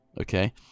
okay